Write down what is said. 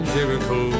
Jericho